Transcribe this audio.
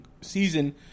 season